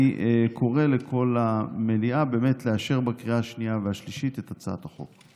אני קורא לכל המליאה באמת לאשר בקריאה השנייה והשלישית את הצעת החוק.